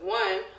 one